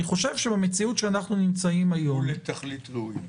ולתכלית ראויה.